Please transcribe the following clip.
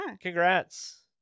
Congrats